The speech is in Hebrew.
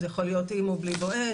זה יכול להיות עם או בלי "בואש",